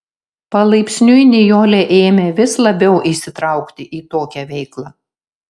palaipsniui nijolė ėmė vis labiau įsitraukti į tokią veiklą